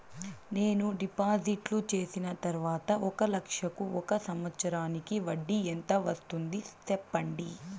నేను డిపాజిట్లు చేసిన తర్వాత ఒక లక్ష కు ఒక సంవత్సరానికి వడ్డీ ఎంత వస్తుంది? సెప్పండి?